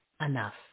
enough